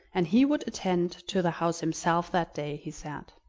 and he would attend to the house himself that day, he said.